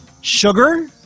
sugar